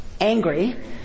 angry